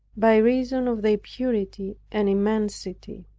by reason of their purity and immensity.